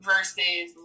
versus